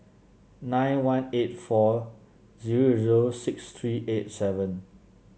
nine one eight four zero zero six three eight seven